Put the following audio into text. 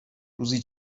روزی